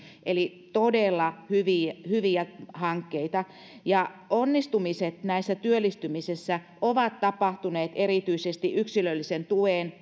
eli todella hyviä hyviä hankkeita onnistumiset näissä työllistymisissä ovat tapahtuneet erityisesti yksilöllisen tuen